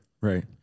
right